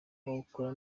kuwukora